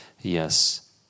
Yes